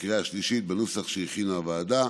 ובקריאה השלישית בנוסח שהכינה הוועדה.